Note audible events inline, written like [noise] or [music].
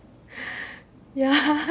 ya [laughs]